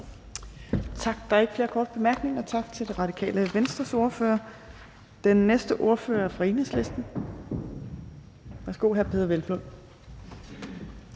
Tak. Der er ikke flere korte bemærkninger. Tak til Radikale Venstres ordfører. Den næste ordfører er fra Enhedslisten. Værsgo, hr. Peder Hvelplund.